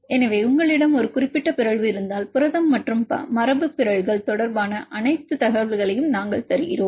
எனவே உங்களிடம் ஒரு குறிப்பிட்ட பிறழ்வு இருந்தால் புரதம் மற்றும் மரபுபிறழ்கள் தொடர்பான அனைத்து தகவல்களையும் நாங்கள் தருகிறோம்